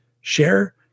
share